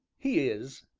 he is,